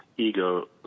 Ego